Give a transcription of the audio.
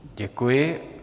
Děkuji.